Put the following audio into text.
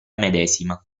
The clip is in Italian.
medesima